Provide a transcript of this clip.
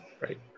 Right